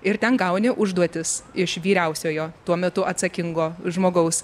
ir ten gauni užduotis iš vyriausiojo tuo metu atsakingo žmogaus